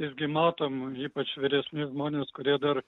irgi matom ypač vyresni žmonės kurie dar